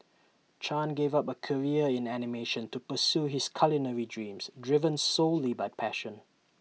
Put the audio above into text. chan gave up A career in animation to pursue his culinary dreams driven solely by passion